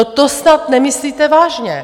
To snad nemyslíte vážně!